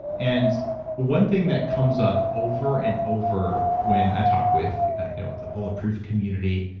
and one thing that comes up over and over when i talk with you know the bulletproof community,